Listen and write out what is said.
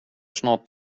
snart